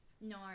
no